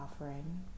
offering